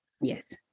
yes